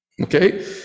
okay